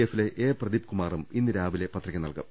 എഫിലെ എ പ്രദീപ്കുമാറും ഇന്ന് രാവിലെ പത്രിക നൽകും